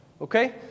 Okay